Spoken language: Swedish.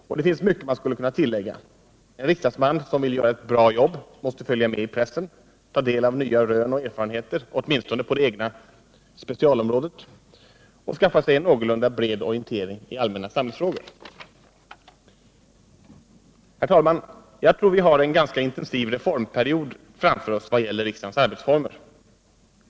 Och det finns mycket man skulle kunna tillägga: en riksdagsman som vill göra ett bra jobb måste följa med i pressen, ta del av nya rön och erfarenheter åtminstone på de egna specialområdena och skaffa sig en någorlunda bred orientering i allmänna samhällsfrågor. Herr talman! Jag tror att vi har en ganska intensiv reformperiod framför oss vad gäller riksdagens arbetsformer.